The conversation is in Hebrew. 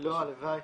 לא, הלוואי.